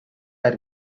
are